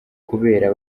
kubera